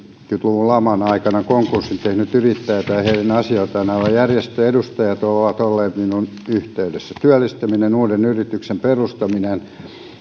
luvun laman aikana konkurssin tehnyt yrittäjä tai heidän asioitaan ajavat järjestöjen edustajat ovat olleet minuun yhteydessä työllistyminen uuden yrityksen perustaminen